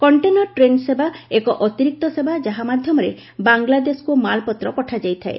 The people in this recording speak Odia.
କଣ୍ଟେନର ଟ୍ରେନ୍ ସେବା ଏକ ଅତିରିକ୍ତ ସେବା ଯାହା ମାଧ୍ୟମରେ ବାଂଲାଦେଶକୁ ମାଲପତ୍ର ପଠାଯାଇଥାଏ